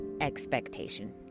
expectation